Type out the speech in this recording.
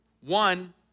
One